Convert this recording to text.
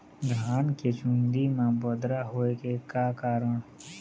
धान के चुन्दी मा बदरा होय के का कारण?